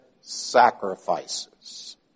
sacrifices